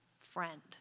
friend